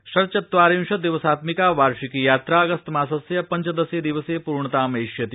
षट्चत्वारिशत् दिवसात्मिका वार्षिकी यात्रा अगस्तमासस्य पञ्चदश विवसप्रिणताम् एष्यति